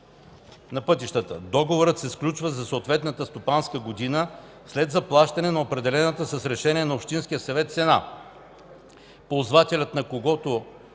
на пътищата. Договорът се сключва за съответната стопанска година, след заплащане на определената с решението на общинския съвет цена. Ползвателят на когото